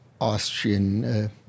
Austrian